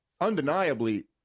undeniably